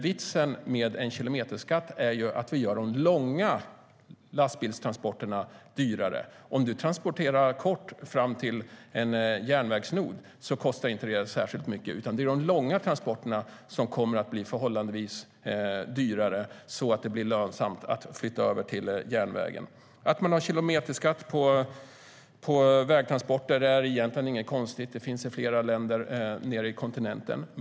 Vitsen med en kilometerskatt är att vi gör de långa lastbilstransporterna dyrare. Att man har kilometerskatt på vägtransporter är egentligen inget konstigt. Det finns i flera länder nere på kontinenten.